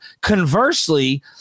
Conversely